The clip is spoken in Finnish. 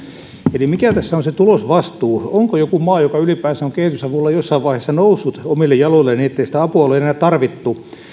eli mikä tässä on se tulosvastuu onko joku maa joka on kehitysavulla ylipäänsä jossain vaiheessa noussut omille jaloilleen niin ettei sitä apua ole enää tarvittu